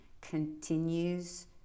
continues